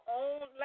own